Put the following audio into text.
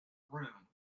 room